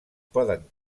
poden